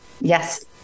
yes